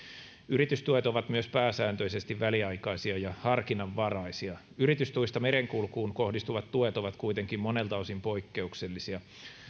yritystuet ovat myös pääsääntöisesti väliaikaisia ja harkinnanvaraisia yritystuista merenkulkuun kohdistuvat tuet ovat kuitenkin monelta osin poikkeuksellisia